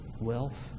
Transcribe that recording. wealth